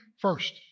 first